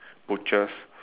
butchers